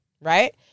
right